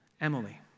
Emily